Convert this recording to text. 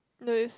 no is